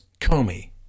comey